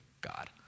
God